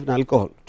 alcohol